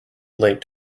late